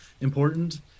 important